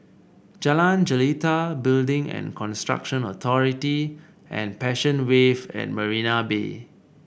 Jalan Jelita Building and Construction Authority and Passion Wave at Marina Bay